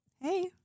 hey